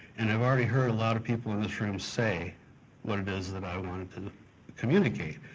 and i've already heard a lot of people in this room say what it is that i wanted to communicate,